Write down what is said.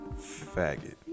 Faggot